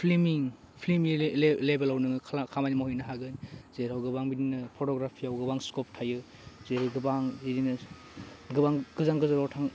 फिलमिं फिलमिं लेभेलाव नोङो खाला खामानि मावहैनो हागोन जेराव गोबां बिदिनो फट'ग्राफियाव गोबां स्कप थायो जेरै गोबां बिदिनो गोबां गोजान गोजानाव थां